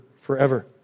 forever